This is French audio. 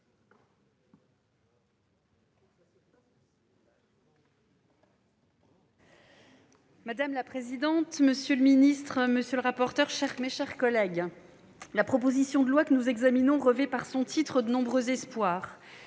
Madame la présidente, monsieur le ministre, mes chers collègues, la proposition de loi que nous examinons revêt par son titre de nombreux espoirs